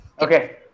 Okay